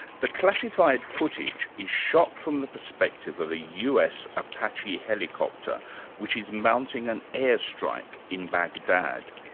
the classified footage is shot from the perspective of a us apache helicopter which is mounting an air strike in baghdad.